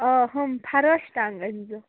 آ تِم فرٛٲشۍ ٹنٛگ أنۍ زِ